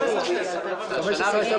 2016. נובמבר 2015 הייתה שנה בהתנדבות.